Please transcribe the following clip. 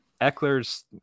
eckler's